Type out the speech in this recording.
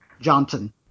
Johnson